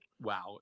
Wow